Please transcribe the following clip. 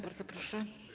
Bardzo proszę.